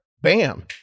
bam